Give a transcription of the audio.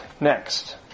next